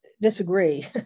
disagree